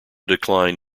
decline